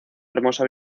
hermosa